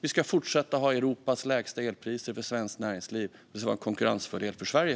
Vi ska fortsätta att ha Europas lägsta elpriser för svenskt näringsliv, och det ska vara konkurrensfördel för Sverige.